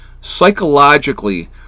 psychologically